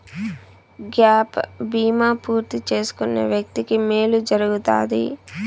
gap బీమా పూర్తి చేసుకున్న వ్యక్తికి మేలు జరుగుతాది